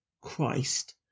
Christ